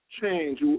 change